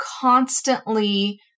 constantly